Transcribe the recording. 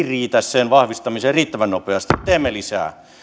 riitä sen vahvistamiseen riittävän nopeasti ja teemme lisää